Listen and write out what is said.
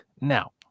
now